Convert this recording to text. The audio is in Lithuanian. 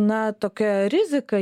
na tokia rizika